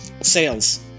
sales